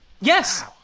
Yes